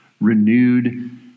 renewed